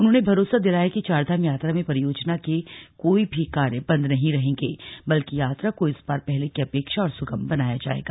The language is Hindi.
उन्होंने भरोसा दिलाया कि चारधाम यात्रा में परियोजना के कोई भी कार्य बन्द नहीं रहेंगे बल्कि यात्रा को इस बार पहले की अपेक्षा और सुगम बनाया जाएगा